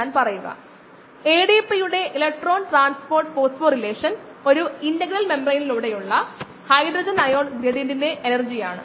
ഇപ്പോൾ ബയോ റിയാക്ടറിന്റെ പ്രവർത്തനത്തിന് യഥാർത്ഥത്തിൽ സംഭാവന നൽകാൻ പോകുന്നത് കോശങ്ങൾ ആണെങ്കിൽ തത്സമയവും സജീവവുമായ കോശങ്ങളുടെ സാന്ദ്രത അളക്കുന്നതിനുള്ള രീതികൾ നോക്കാം